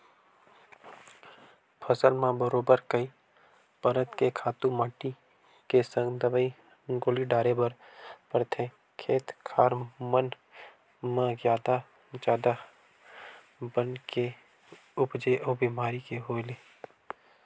फसल म बरोबर कई परत के तो खातू माटी के संग दवई गोली डारे बर परथे, खेत खार मन म जादा जादा बन के उपजे अउ बेमारी के होय ले